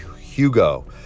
Hugo